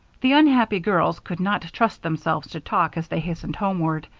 the unhappy girls could not trust themselves to talk as they hastened homeward.